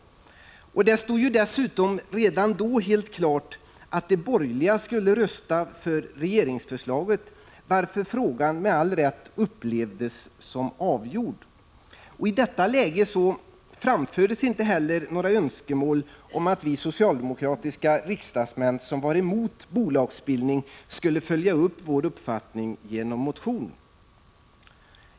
Det stod redan då helt klart att de borgerliga skulle rösta för regeringsförslaget, varför frågan med all rätt upplevdes som avgjord. I detta läge framfördes inte heller några önskemål om att vi socialdemokratiska riksdagsmän som var emot en bolagsbildning skulle följa upp vår uppfattning genom en motion.